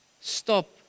Stop